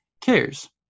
cares